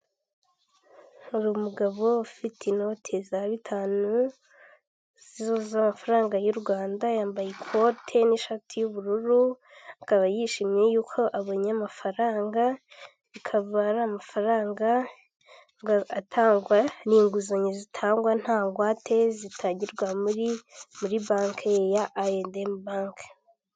Hari umugabo ufite inoti za bitanu z'amafaranga y'u Rwanda yambaye ikote n'ishati y'ubururu akaba yishimiye yuko abonye amafaranga bikaba ari amafaranga atangwa n'inguzanyo itangwa nta ngwate itangirwa muri buri banki ya I&M bank.